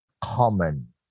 common